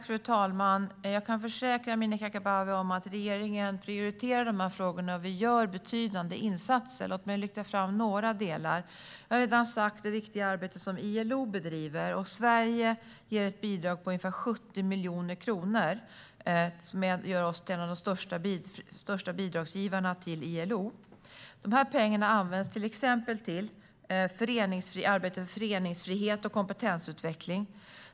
Fru talman! Jag kan försäkra Amineh Kakabaveh om att regeringen prioriterar de här frågorna. Vi gör betydande insatser. Låt mig lyfta fram några delar. Jag har redan talat om det viktiga arbete som ILO bedriver. Sverige ger ett bidrag på ungefär 70 miljoner kronor, vilket gör oss till en av de största bidragsgivarna till ILO. Pengarna används till exempel till arbete för föreningsfrihet och kompetensutveckling.